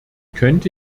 könnte